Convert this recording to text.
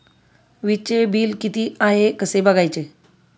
वीजचे बिल किती आहे कसे बघायचे?